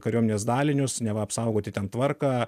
kariuomenės dalinius neva apsaugoti ten tvarką